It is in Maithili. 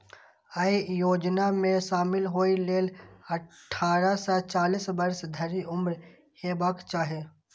अय योजना मे शामिल होइ लेल अट्ठारह सं चालीस वर्ष धरि उम्र हेबाक चाही